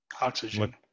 oxygen